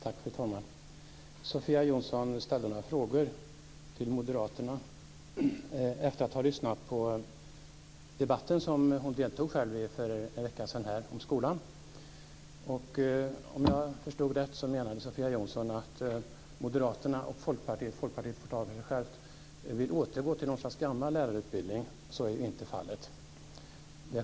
Fru talman! Sofia Jonsson ställde några frågor till Moderaterna efter att ha lyssnat på debatten om skolan som hon själv deltog i för en vecka sedan. Om jag förstod det rätt menar Sofia Jonsson att Moderaterna och Folkpartiet - men Folkpartiet får tala för sig självt - vill återgå till något slags gammal lärarutbildning. Så är inte fallet.